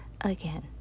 again